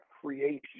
creation